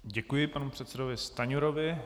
Děkuji panu předsedovi Stanjurovi.